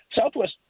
Southwest